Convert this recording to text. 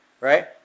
Right